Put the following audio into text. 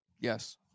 Yes